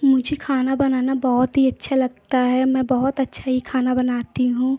मुझे खाना बनाना बहुत ही अच्छा लगता है मैं बहुत अच्छा ही खाना बनाती हूँ